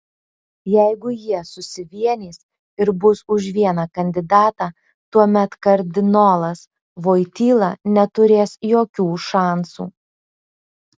jeigu jie susivienys ir bus už vieną kandidatą tuomet kardinolas voityla neturės jokių šansų